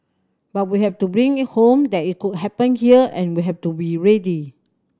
but we have to bring it home that it could happen here and we have to be ready